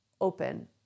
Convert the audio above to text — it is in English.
open